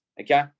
Okay